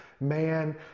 man